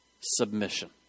Submission